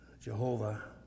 Jehovah